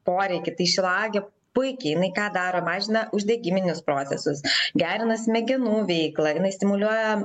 poreikį tai šilauogė puikiai jinai ką daro mažina uždegiminius procesus gerina smegenų veiklą jinai stimuliuoja